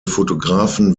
fotografen